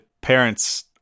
parents